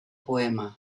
poema